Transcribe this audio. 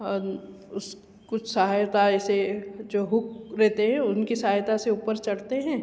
अन उस कुछ सहायता ऐसे जो हुक रहते हैं उनकी सहायता से ऊपर चढ़ते हैं